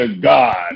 God